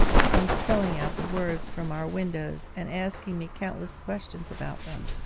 in spelling out the words from our windows, and asking me countless questions about them!